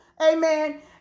amen